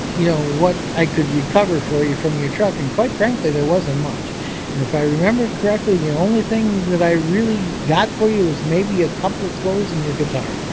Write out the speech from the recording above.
you know what i could recover for you from your truck. and quite frankly, there wasn't much. and if i remember correctly, the only thing that i really got for you is maybe a couple of clothes and your guitar.